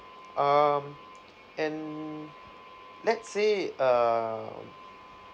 um and let's say um